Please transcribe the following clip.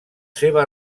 seva